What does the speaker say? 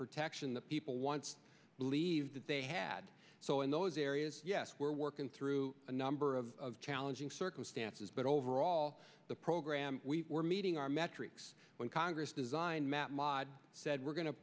protection that people once believed that they had so in those areas yes we're working through a number of challenging circumstances but overall the program we were meeting our metrics when congress designed map model said we're going to